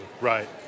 Right